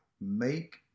Make